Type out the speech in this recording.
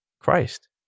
christ